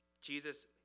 Jesus